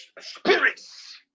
spirits